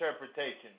interpretation